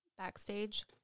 backstage